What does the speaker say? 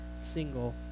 single